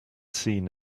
seen